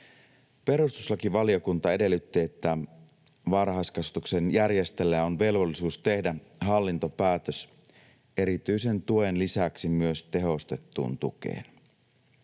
Perustuslakivaliokunta edellytti, että varhaiskasvatuksen järjestäjällä on velvollisuus tehdä hallintopäätös erityisen tuen lisäksi myös tehostetusta tuesta.